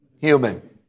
Human